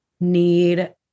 need